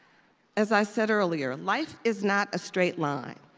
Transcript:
as i said earlier, life is not a straight line,